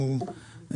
אם הוא לצערי,